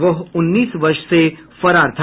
वह उन्नीस वर्ष से फरार था